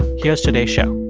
here's today's show